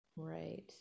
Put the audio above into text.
Right